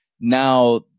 Now